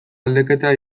aldaketa